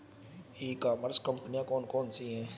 ई commerce कंपनियाँ कौन कौन सी हैं?